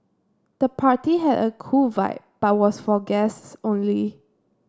the party had a cool vibe but was for guests only